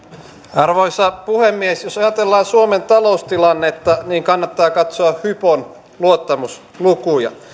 arvoisa puhemies jos ajatellaan suomen taloustilannetta niin kannattaa katsoa hypon luottamuslukuja